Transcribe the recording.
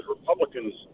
Republicans